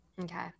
Okay